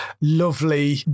lovely